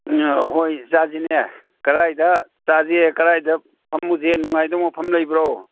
ꯎꯝ ꯍꯣꯏ ꯆꯥꯁꯤꯅꯦ ꯀꯗꯥꯏꯗ ꯆꯥꯁꯤꯒꯦ ꯀꯗꯥꯏꯗ ꯐꯝꯃꯨꯁꯤꯒꯦ ꯅꯨꯡꯉꯥꯏꯗꯧ ꯃꯐꯝ ꯂꯩꯕ꯭ꯔꯣ